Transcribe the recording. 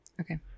Okay